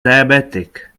diabetic